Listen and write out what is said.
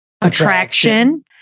attraction